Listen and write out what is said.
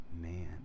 Man